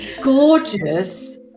Gorgeous